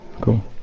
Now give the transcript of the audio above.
Cool